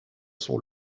sont